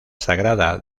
sagrada